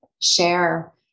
share